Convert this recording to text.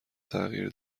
تغییر